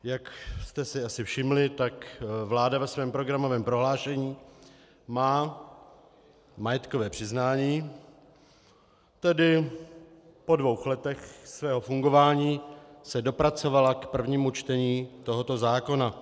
Jak jste si asi všimli, vláda ve svém programovém prohlášení má majetkové přiznání, tedy po dvou letech svého fungování se dopracovala k prvnímu čtení tohoto zákona.